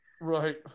Right